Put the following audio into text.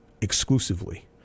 exclusively